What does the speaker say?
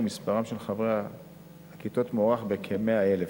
ומספרם של חברי הכתות מוערך בכ-100,000,